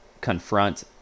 confront